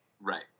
right